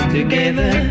Together